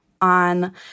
on